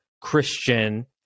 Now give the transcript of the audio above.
Christian